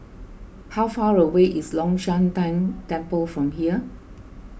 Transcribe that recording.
how far away is Long Shan Tang Temple from here